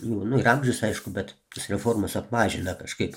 jau nu ir amžius aišku bet tos reformos apmažina kažkaip